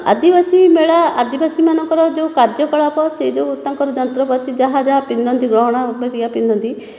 ଆଦିବାସୀ ମେଳା ଆଦିବାସୀ ମାନଙ୍କର ଯେଉଁ କାର୍ଯ୍ୟ କଳାପ ସେ ଯେଉଁ ତାଙ୍କର ଯନ୍ତ୍ରପାତି ଯାହା ଯାହା ପିନ୍ଧନ୍ତି ଗହଣା ହେରିକା ପିନ୍ଧନ୍ତି